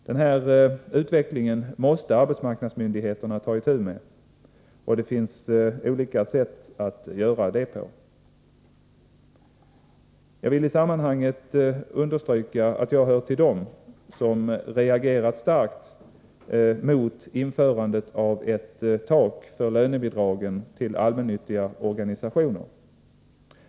Den här utvecklingen måste arbetsmarknadsmyndigheterna ta itu med, och det finns olika sätt. Jag vill i sammanhanget understryka att jag hör till dem som reagerar starkt mot införandet av ett tak för lönebidragen till allmännyttiga organisationer.